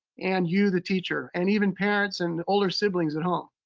and you the teacher. and even parents and older siblings at home.